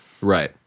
right